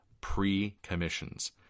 pre-commissions